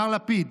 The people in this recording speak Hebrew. מר לפיד?